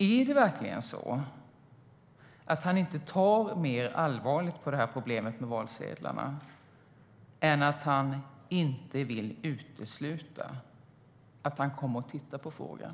Är det verkligen så att han inte tar mer allvarligt på problemet med valsedlarna än att han inte vill utesluta att han kommer att titta på frågan?